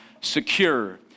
secure